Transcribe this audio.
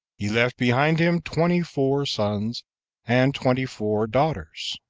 he left behind him twenty-four sons and twenty-four daughters.